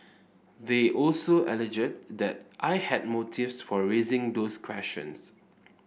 they also alleged that I had motives for raising those questions